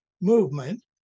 movement